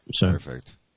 Perfect